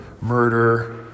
murder